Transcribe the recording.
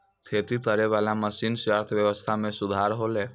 खेती करै वाला मशीन से अर्थव्यबस्था मे सुधार होलै